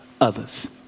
others